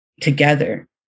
together